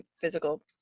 physical